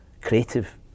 creative